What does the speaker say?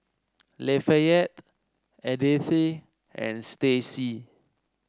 Lafayette Edythe and Stacie